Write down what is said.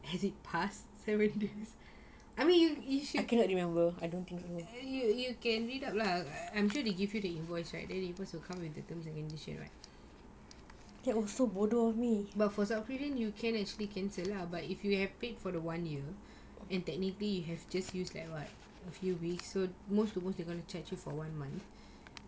has it passed seven days I mean if you can read up lah I'm sure they give you the invoice right then it will come with the terms and conditions right but for subscription you can actually cancel lah but if you have paid for the one year and technically you have just use like what a few weeks so most to most they gonna charge you for one month